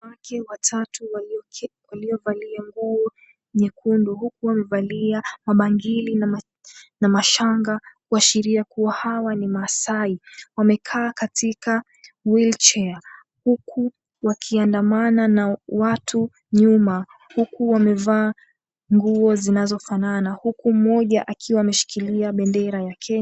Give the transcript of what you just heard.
Wake watatu waliovalia nguo nyekundu huku wamevalia mabangili na mashanga kuashiria kuwa hawa ni maasai, wamekaa katika wheelchair huku wakiandamana na watu nyuma, huku wamevaa nguo zinazifanana, huku mmoja akiwa ameshikilia bendera ya Kenya.